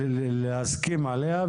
לדון ולהסכים בסוף על הצעה.